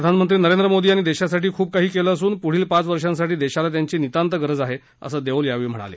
प्रधानमंत्री नरेंद्र मोदी यांनी देशासाठी खूप काही केलं असून पुढील पाच वर्षांसाठी देशाला त्यांची नितांता गरज आहे असं देओल यावेळी म्हणाले